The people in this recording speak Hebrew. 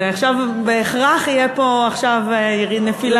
בהכרח תהיה פה עכשיו נפילה,